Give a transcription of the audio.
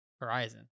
horizon